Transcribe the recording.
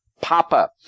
Papa